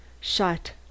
shut